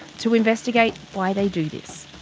to investigate why they do this.